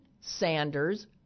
Sanders